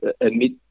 admit